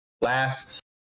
last